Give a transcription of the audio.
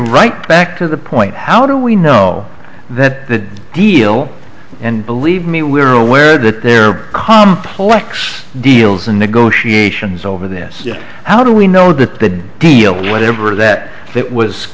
right back to the point how do we know that the deal and believe me we're aware that there are complex deals and negotiations over this how do we know that the deal whatever that it was